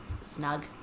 Snug